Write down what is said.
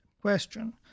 question